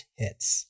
hits